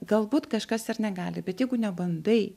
galbūt kažkas ir negali bet jeigu nebandai